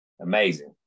Amazing